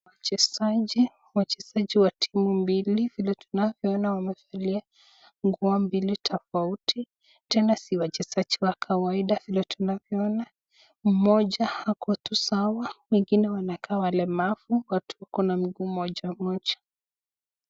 Wachezaji wa timu mbili, vile tunavyoona wamevalia nguo mbili tofauti tofauti. Tena si wachezaji wa kawaida tunavyoona. Mmoja ako tu sawa wengine wanakaa walemavu watu walio na mguu moja moja.